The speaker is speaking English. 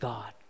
God